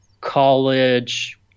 college